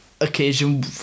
occasion